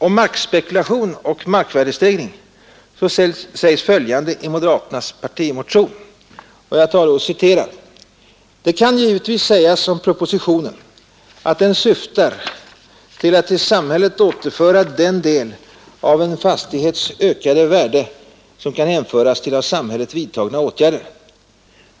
Om markspekulation och markvärdestegring skrivs följande i moderaternas partimotion: ”Det kan givetvis sägas om propositionen att den syftar till att till samhället återföra den del av en fastighets ökade värde som kan hänföras till av samhället vidtagna åtgärder.